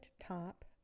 top